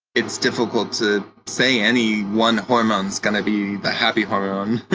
it's difficult to say any one hormone's going to be the happy hormone.